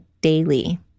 daily